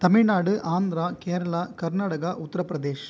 Tamil Nadu Andhra Kerala Karnataka Uttar Pradesh